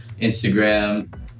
Instagram